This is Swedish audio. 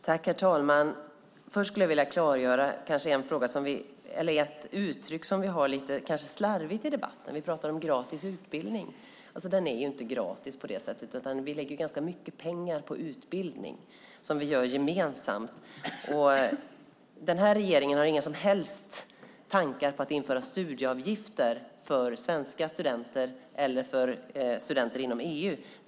Herr talman! Först vill jag klargöra ett uttryck som vi använder lite slarvigt i debatten. Vi talar om gratis utbildning. Den är inte gratis, utan vi lägger ganska mycket pengar på utbildning. Regeringen har inga som helst tankar på att införa studieavgifter för svenska studenter eller för studenter inom EU.